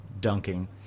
dunking